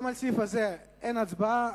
גם על הסעיף הזה אין הצבעה.